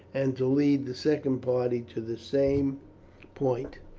and to lead the second party to the same point.